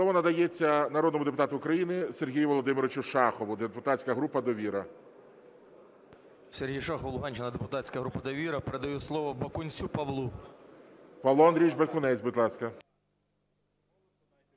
Слово надається народному депутату України Сергію Володимировичу Шахову, депутатська група "Довіра". 11:04:49 ШАХОВ С.В. Сергій Шахов, Луганщина, депутатська група "Довіра". Передаю слово Бакунцю Павлу. ГОЛОВУЮЧИЙ. Павло Андрійович Бакунець, будь ласка.